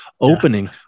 opening